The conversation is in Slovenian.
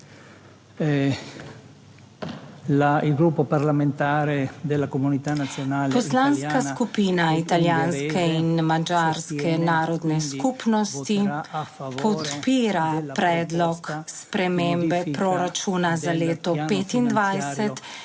Poslanska skupina italijanske in madžarske narodne skupnosti podpira predlog spremembe proračuna za leto 2025